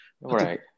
right